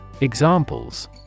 Examples